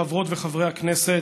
חברות וחברי הכנסת,